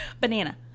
Banana